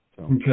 Okay